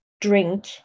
drink